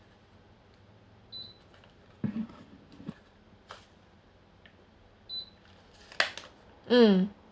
mm